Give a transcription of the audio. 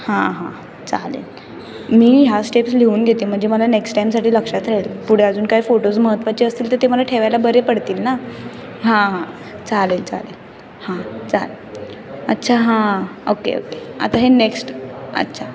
हां हां चालेल मी ह्या स्टेप्स लिहून घेते म्हणजे मला नेक्स्ट टाइमसाठी लक्षात राहील पुढे अजून काय फोटोज महत्त्वाचे असतील तर ते मला ठेवायला बरे पडतील ना हां हां चालेल चालेल हां चालेल अच्छा हां ओके ओके आता हे नेक्स्ट अच्छा